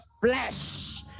flesh